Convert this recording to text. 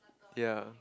ya